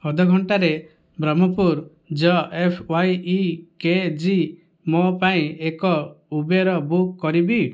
ଅଧ ଘଣ୍ଟାରେ ବ୍ରହ୍ମପୁର ଯ F Y E K G ମୋ' ପାଇଁ ଏକ ଉବେର ବୁକ୍ କରିବି